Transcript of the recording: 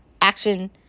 Action